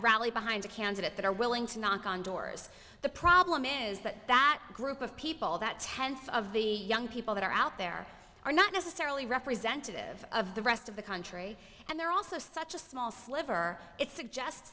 rally behind the candidate that are willing to knock on doors the problem is that that group of people that tends of the young people that are out there are not necessarily representative of the rest of the country and they're also such a small sliver it